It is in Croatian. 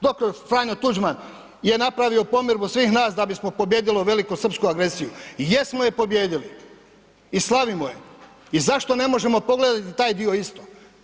Dr. Franjo Tuđman je napravio pomirbu svih nas da bismo pobijedili velikosrpsku agresiju i jesmo je pobijedili i slavimo je i zašto ne možemo pogledat taj dio isto?